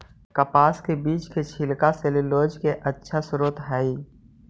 कपास के बीज के छिलका सैलूलोज के अच्छा स्रोत हइ